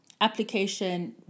application